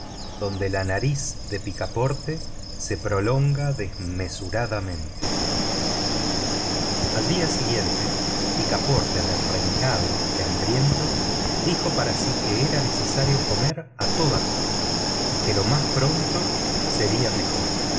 mundo en días capítulo xxiii de julio verne al día siguiente picaporte derrengado y hambriento dijo para sí que era necesario comer a toda costa y que lo más pronto sería mejor